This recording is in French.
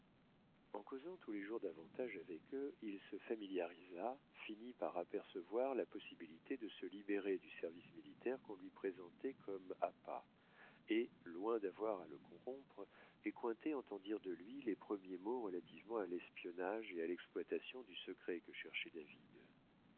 en causant tous les jours davantage avec eux il se familiarisa finit par apercevoir la possibilité de se libérer du service militaire qu'on lui présentait comme appât et loin d'avoir à le corrompre les cointet entendirent de lui les premiers mots relativement à l'espionnage et à l'exploitation du secret que cherchait david